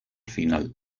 final